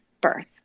birth